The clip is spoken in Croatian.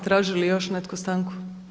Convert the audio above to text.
Traži li još netko stanku?